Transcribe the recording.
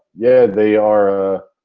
yeah they are,